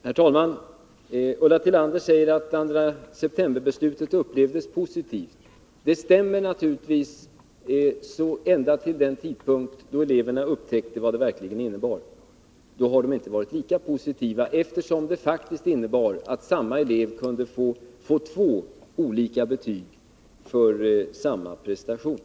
Herr talman! Ulla Tillander säger att beslutet av den 2 september upplevdes positivt. Det stämmer naturligtvis — ända till den tidpunkt då eleverna upptäckte vad det verkligen innebar. Då var de inte lika positiva, eftersom beslutet faktiskt innebar att samma elev kunde få två olika betyg för samma prestation.